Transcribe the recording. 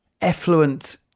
effluent